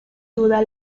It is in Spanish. duda